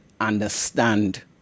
understand